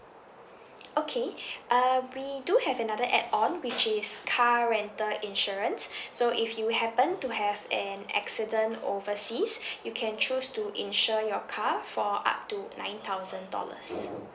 okay uh we do have another add-on which is car rental insurance so if you happen to have an accident overseas you can choose to insure your car for up to nine thousand dollars